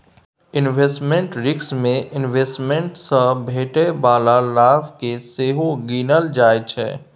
investment risk मे investment सँ भेटै बला लाभ केँ सेहो गिनल जाइ छै